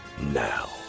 Now